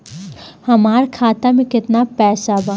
हमार खाता मे केतना पैसा बा?